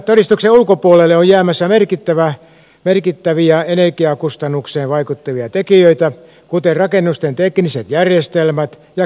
energiatodistuksen ulkopuolelle on jäämässä merkittäviä energiakustannukseen vaikuttavia tekijöitä kuten rakennusten tekniset järjestelmät ja käyttäjien toiminta